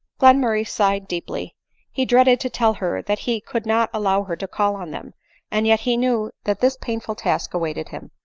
glenmurray sighed deeply he dreaded to tell her that he could not allow her to call on them and yet he knew that this painful task awaited him.